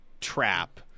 trap